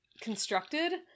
constructed